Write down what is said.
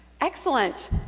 Excellent